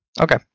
Okay